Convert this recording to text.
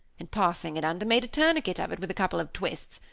and passing it under, made a tourniquet of it with a couple of twists,